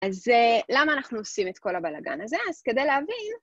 אז למה אנחנו עושים את כל הבלאגן הזה? אז כדי להבין.